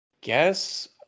Guess